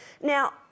Now